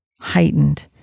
heightened